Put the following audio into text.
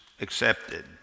accepted